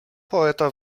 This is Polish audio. poeta